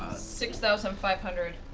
six thousand five hundred.